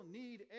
need